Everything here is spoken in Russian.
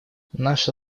наша